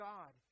God